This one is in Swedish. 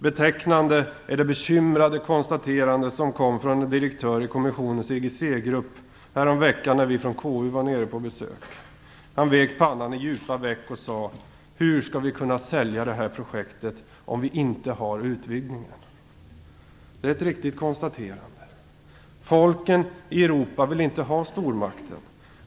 Betecknande är det bekymrade konstaterande som kom från en direktör i kommissionens IGC-grupp när vi häromveckan var nere på besök. Han vek pannan i djupa veck och sade: "Hur skall vi kunna sälja det här projektet om vi inte har utvidgningen?" Det var en riktig frågeställning. Folken i Europa vill inte ha stormakten.